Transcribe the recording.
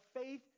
faith